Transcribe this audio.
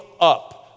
up